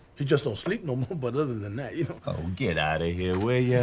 he just don't sleep no more, but other than that, you know. oh, get outta here, will yeah